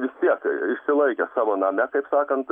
vis tiek išsilaikė savo name kaip sakant